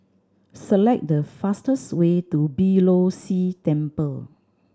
select the fastest way to Beeh Low See Temple